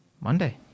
monday